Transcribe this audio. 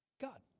God